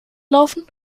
laufen